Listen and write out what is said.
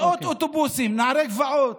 מאות אוטובוסים, נערי גבעות.